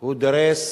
הוא דורס